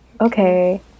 okay